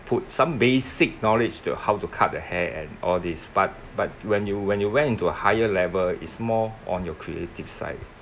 input some basic knowledge to how to cut the hair and all this but but when you when you went into a higher level it's more on your creative side